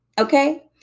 Okay